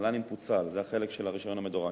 המל"נים פוצל, זה החלק של הרשיון המדורג.